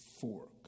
fork